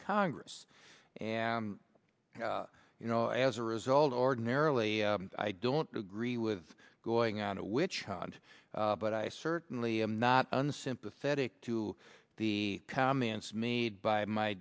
congress and you know as a result ordinarily i don't agree with going on a witch hunt but i certainly am not unsympathetic to the comments made by my